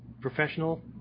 professional